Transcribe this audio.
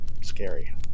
scary